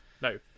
No